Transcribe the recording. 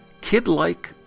kid-like